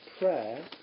prayer